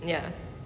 ya